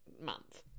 month